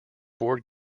board